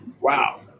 Wow